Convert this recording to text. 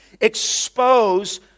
expose